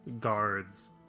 guards